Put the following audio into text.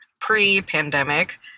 pre-pandemic